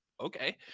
okay